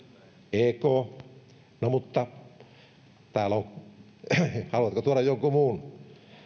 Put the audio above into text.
no mutta täällä on näin haluatko tuoda jonkun muun